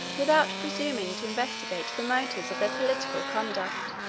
without presuming to investigate the motives of their political conduct.